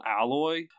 alloy